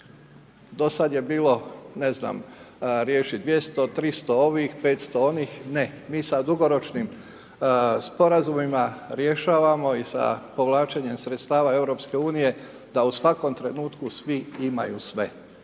Do sad je bilo, ne znam, riješi 200-300 ovih, 500 onih. Ne. Mi sa dugoročnim sporazumima rješavamo i sa povlačenjem sredstava EU da u svakom trenutku svi imaju sve.